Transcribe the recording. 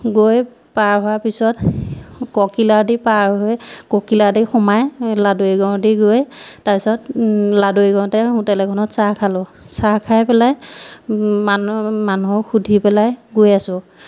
গৈ পাৰ হোৱাৰ পিছত ককিলা দি পাৰ হৈ ককিলা দি সোমাই লাহদৈগড়েদি গৈ তাৰপিছত লাহদৈগড়তে হোটেল এখনত চাহ খালোঁ চাহ খাই পেলাই মানুহ মানুহক সুধি পেলাই গৈ আছোঁ